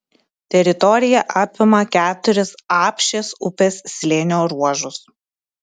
teritorija apima keturis apšės upės slėnio ruožus